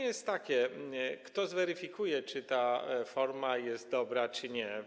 Jest pytanie, kto zweryfikuje, czy ta forma jest dobra, czy nie.